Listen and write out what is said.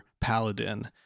paladin